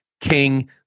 King